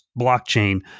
blockchain